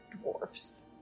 dwarfs